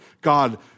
God